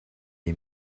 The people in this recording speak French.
est